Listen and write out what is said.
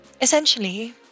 Essentially